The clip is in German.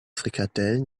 frikadellen